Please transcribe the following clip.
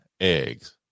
eggs